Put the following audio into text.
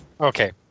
Okay